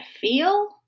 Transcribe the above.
feel